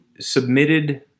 submitted